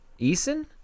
Eason